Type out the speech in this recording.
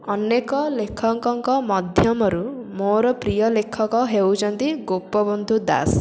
ଅନେକ ଲେଖକଙ୍କ ମଧ୍ୟମରୁ ମୋର ପ୍ରିୟ ଲେଖକ ହେଉଛନ୍ତି ଗୋପବନ୍ଧୁ ଦାସ